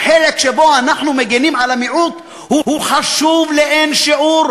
החלק שבו אנחנו מגינים על המיעוט הוא חשוב לאין שיעור,